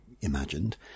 imagined